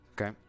Okay